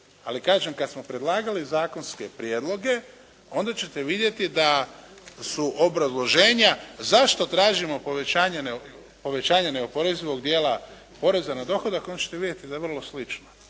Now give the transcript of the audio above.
kada smo predlagali zakonske prijedloge, onda ćete vidjeti da su obrazloženja zašto tražimo povećanja neoporezivog dijela poreza na dohodak, onda ćete vidjeti da je vrlo slično.